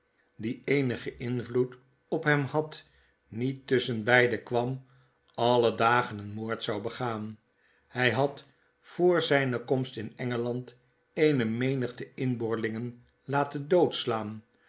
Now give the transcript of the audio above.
die eenigen invloed op hem had niet tusschenbeide kwam alle dagen een moord zou begaan hy had voor zijne komst in engeland eene menigte inbooriingen m laten doodslaan